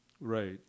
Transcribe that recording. Right